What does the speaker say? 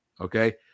okay